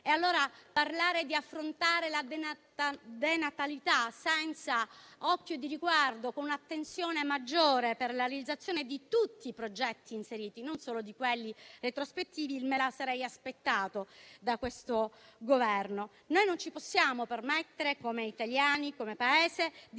Parlare di voler affrontare la denatalità senza un occhio di riguardo ed un'attenzione maggiore per la realizzazione di tutti i progetti inseriti, non solo di quelli retrospettivi, me lo sarei aspettato da questo Governo. Noi, però, non possiamo permetterci, come italiani e come Paese, di